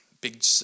big